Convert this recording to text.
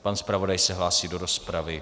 Pan zpravodaj se hlásí do rozpravy.